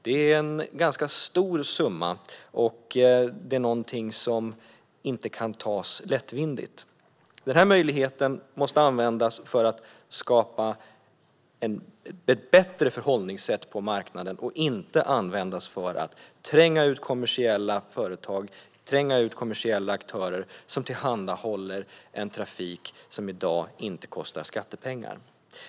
Det är en stor summa, och den ska inte hanteras lättvindigt. Den här möjligheten måste användas för att skapa ett bättre förhållningssätt på marknaden och inte användas för att tränga ut kommersiella företag eller aktörer som tillhandahåller trafik som i dag inte kostar skattepengar.